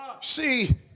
See